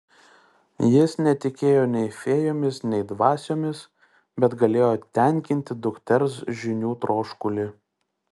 jis netikėjo nei fėjomis nei dvasiomis bet galėjo tenkinti dukters žinių troškulį